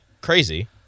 crazy